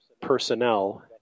personnel